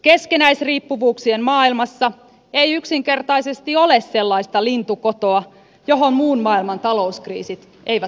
keskinäisriippuvuuksien maailmassa ei yksinkertaisesti ole sellaista lintukotoa johon muun maailman talouskriisit eivät ulottuisi